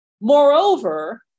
Moreover